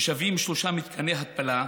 ששווים שלושה מתקני התפלה,